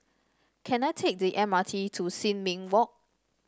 can I take the M R T to Sin Ming Walk